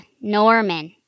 Norman